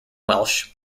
welsh